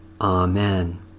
Amen